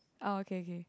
okay k